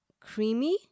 creamy